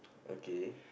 okay